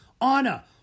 Anna